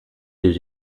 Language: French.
des